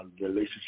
relationship